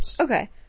Okay